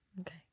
Okay